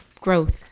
Growth